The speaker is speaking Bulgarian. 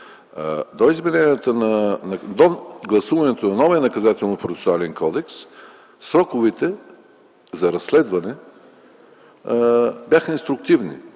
до гласуването на новия Наказателно-процесуален кодекс - сроковете за разследване бяха инструктивни.